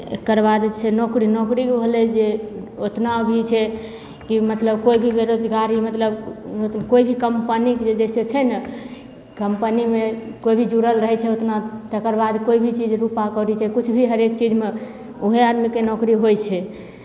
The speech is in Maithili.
एकरबाद छै नोकरी नोकरी होलै जे ओतना अभीके कि मतलब कोइ भी बेरोजगारी मतलब कोइ भी कम्पनी जे जइसे छै ने कम्पनीमे कोइ भी जुड़ल रहै छै ओतना तकरबाद कोइ भी चीज रुपा कै दै छै किछु भी हरेक चीजमे वएह आदमीके नोकरी होइ छै